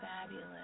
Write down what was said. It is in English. Fabulous